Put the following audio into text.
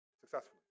successfully